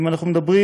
אם אנחנו מדברים,